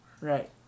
Right